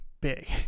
big